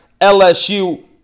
LSU